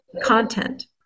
content